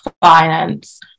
finance